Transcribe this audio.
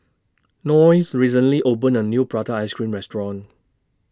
Noes recently opened A New Prata Ice Cream Restaurant